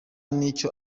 n’icyo